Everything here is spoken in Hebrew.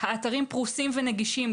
האתרים פרוסים ונגישים.